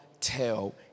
tell